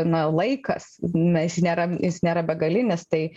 na laikas na jis nėra jis nėra begalinis tai